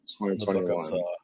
2021